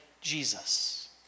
Jesus